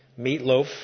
Meatloaf